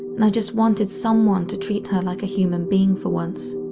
and i just wanted someone to treat her like a human being for once.